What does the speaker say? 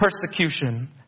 persecution